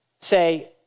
say